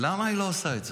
למה היא לא עושה את זה?